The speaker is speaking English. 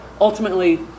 ultimately